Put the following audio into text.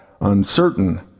uncertain